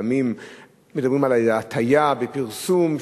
לפעמים מדברים על הטעיה בפרסום,